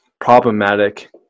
problematic